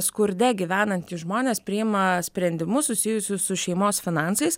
skurde gyvenantys žmonės priima sprendimus susijusius su šeimos finansais